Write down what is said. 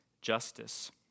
justice